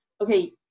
okay